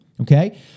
okay